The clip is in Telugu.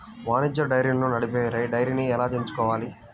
వాణిజ్య డైరీలను నడిపే డైరీని ఎలా ఎంచుకోవాలి?